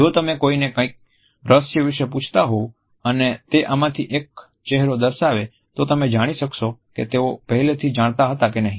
જો તમે કોઈને કંઈક રહસ્ય વિશે પૂછતા હોવ અને તે આમાંથી એક ચહેરો દર્શાવે તો તમે જાણી શકશો કે તેઓ પહેલેથી જાણતા હતા કે નહીં